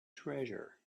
treasure